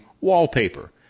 wallpaper